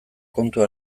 kontu